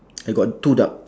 I got two duck